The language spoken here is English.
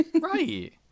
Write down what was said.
Right